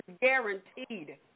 guaranteed